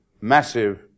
massive